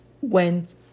went